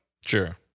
Sure